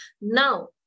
Now